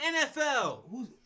NFL